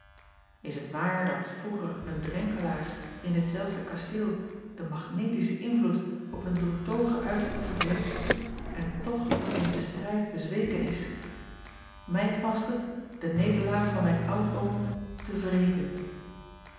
is het waar dat vroeger een drenkelaer in ditzelfde kasteel een magnetischen invloed op een doertoghe uitgeoefend heeft en toch in den strijd bezweken is mij past het de nederlaag van mijn oudoom te wreken